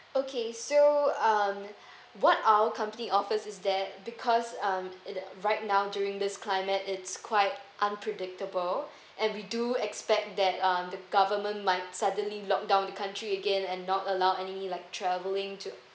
okay so um what our company offers is that because um it~ right now during this climate it's quite unpredictable and we do expect that uh the government might suddenly lock down the country again and not allow any like traveling to